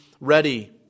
ready